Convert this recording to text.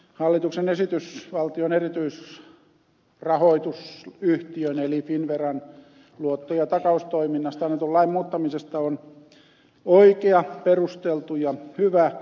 hallituksen esitys valtion erityisrahoitusyhtiön eli finnveran luotto ja takaustoiminnasta annetun lain muuttamisesta on oikea perusteltu ja hyvä